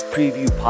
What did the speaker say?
Preview